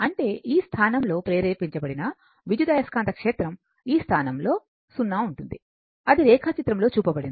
అంటే ఈ స్థానంలో ప్రేరేపించబడిన విద్యుదయస్కాంత క్షేత్రం ఈ స్థానంలో 0 ఉంటుంది అది రేఖాచిత్రంలో చూపబడింది